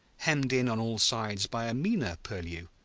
hemmed in on all sides by a meaner purlieu,